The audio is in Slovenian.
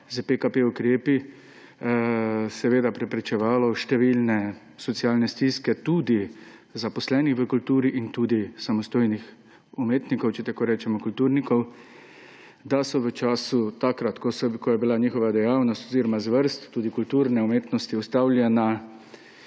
PKP ukrepi seveda preprečevalo številne socialne stiske; tudi zaposlenih v kulturi in tudi samostojnih umetnikov, če tako rečemo, kulturnikov, da so v času, takrat ko je bila njihova dejavnost oziroma zvrst, tudi kulturne umetnosti, ustavljena